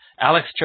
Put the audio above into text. Alex